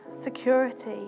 security